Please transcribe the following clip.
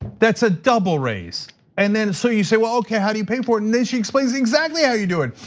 that's a double raise and then so you say, well okay, how do you pay for it and then she explains exactly how you do it.